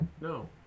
No